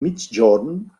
migjorn